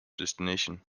destination